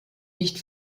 nicht